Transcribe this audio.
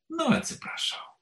nu atsiprašau